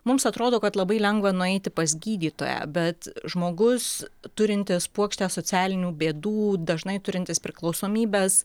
mums atrodo kad labai lengva nueiti pas gydytoją bet žmogus turintis puokštę socialinių bėdų dažnai turintis priklausomybes